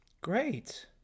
great